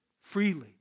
freely